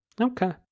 Okay